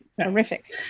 terrific